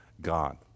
God